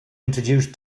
introduce